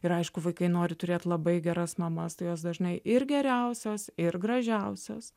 ir aišku vaikai nori turėt labai geras mamas tai jos dažnai ir geriausios ir gražiausios